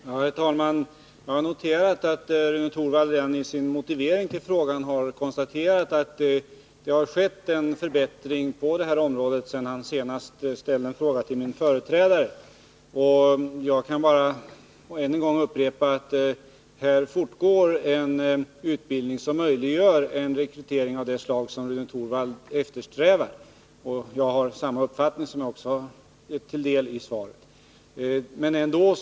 Herr talman! Jag har noterat att Rune Torwald redan i sin motivering till frågan har konstaterat att det har skett en förbättring på detta område sedan han senast ställde en fråga till min företrädare. Jag kan bara än en gång upprepa att här fortgår en utbildning som möjliggör en rekrytering av det slag som Rune Torwald eftersträvar. Jag har, som jag framhållit i svaret, i det avseendet samma uppfattning som Rune Torwald.